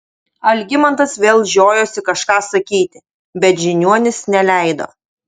algimantas vėl žiojosi kažką sakyti bet žiniuonis neleido